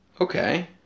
Okay